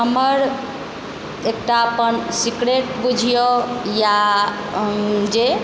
हमर एकटा अपन एकटा सीक्रेट बुझियौ या जे